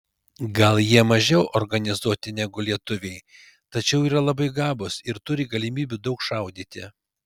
gal jie mažiau organizuoti negu lietuviai tačiau yra labai gabūs ir turi galimybių daug šaudyti